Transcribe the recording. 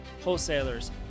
wholesalers